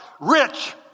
Rich